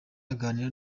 aganira